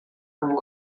ubu